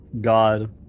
God